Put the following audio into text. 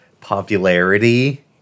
popularity